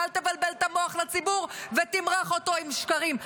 ואל תבלבל את המוח לציבור ותמרח אותו עם שקרים.